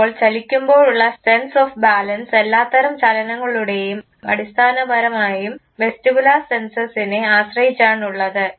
അപ്പോൾ ചലിക്കുമ്പോഴുള്ള sense of balance എല്ലാത്തരം ചലനങ്ങളുടെയും അടിസ്ഥാനപരമായും വെസ്റ്റിബുലാർ സെൻസസ്സിനെ ആശ്രയിച്ചാണുള്ളത്